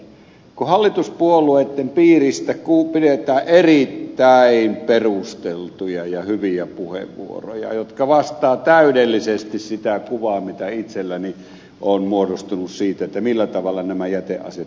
hallituspuolueitten piiristä käytetään erittäin perusteltuja ja hyviä puheenvuoroja jotka vastaavat täydellisesti sitä kuvaa mikä itselleni on muodostunut siitä millä tavalla nämä jäteasiat pitäisi hoitaa